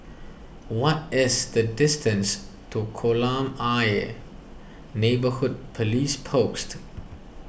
what is the distance to Kolam Ayer Neighbourhood Police Post